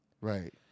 Right